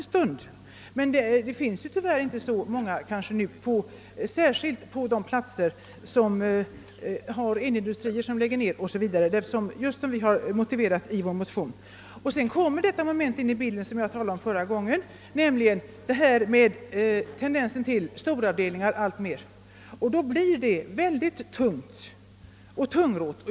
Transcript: Nu finns dock inte så gott om arbeten, speciellt inte på de platser där en industri läggs ner; just sådant som vi berört i våra motioner. Dessutom kommer i dag det moment in i bilden som jag talade om tidigare, nämligen tendensen att i allt större ut sträckning införa storavdelningar, som blir mycket tungrodda.